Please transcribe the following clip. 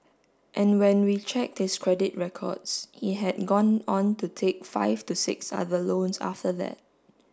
and when we checked his credit records he had gone on to take five to six other loans after that